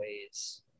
ways